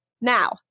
Now